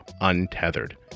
untethered